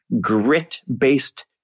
grit-based